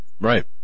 right